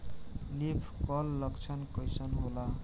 Leaf curl लक्षण कइसन होला?